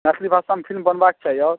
मैथिली भाषामे फिलिम बनबाके चाही आओर